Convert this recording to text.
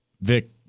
Vic